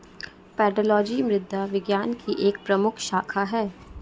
pedology मृदा विज्ञान की एक प्रमुख शाखा है